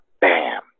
Bam